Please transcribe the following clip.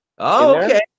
Okay